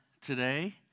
today